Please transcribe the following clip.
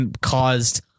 caused